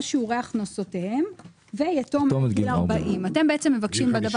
שיעורי הכנסותיהם ויתום עד גיל 40. אתם בעצם מבקשים בדבר